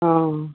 অ